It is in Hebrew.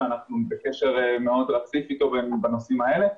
שאנחנו בקשר מאוד רציף איתו בנושאים האלה.